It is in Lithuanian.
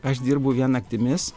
aš dirbu vien naktimis